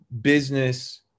business